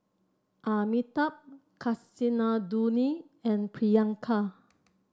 Amitabh Kasinadhuni and Priyanka